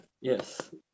yes